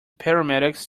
paramedics